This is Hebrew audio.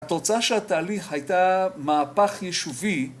התוצאה של התהליך הייתה מהפך יישובי